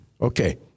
Okay